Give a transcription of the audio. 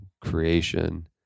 creation